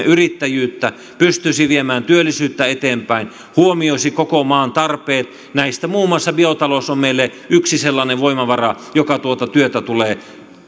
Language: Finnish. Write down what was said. yrittäjyyttä pystyisi viemään työllisyyttä eteenpäin huomioisi koko maan tarpeet näistä muun muassa biotalous on meille yksi sellainen voimavara joka tuota työtä tulee